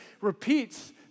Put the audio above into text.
repeats